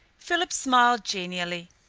philip smiled genially.